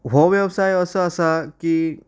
हो वेवसाय असो आसा की